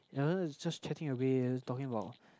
and we were just chatting away and is talking about